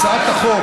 הצעת החוק